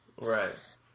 Right